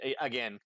again